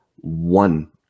one